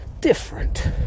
different